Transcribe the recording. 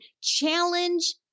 challenge